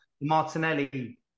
Martinelli